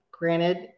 Granted